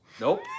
Nope